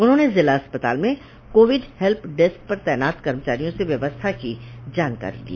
उन्होंने जिला अस्पताल में कोविड हेल्प डेस्क पर तैनात कर्मचारियों से व्यवस्था की जानकारी ली